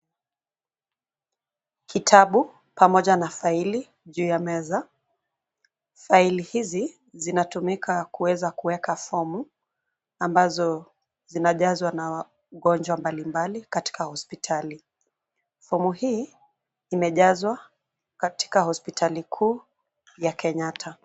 Kitabu, pamoja na faili, juu ya meza. Faili hizi, zinatumika kuweza kuweka fomu, ambazo, zinajazwa na, wagonjwa mbalimbali katika hospitali. Fomu hii, imejazwa, katika hospitali kuu, ya Kenyatta.